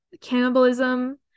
cannibalism